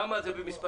כמה זה במספרים?